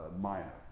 minor